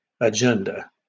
agenda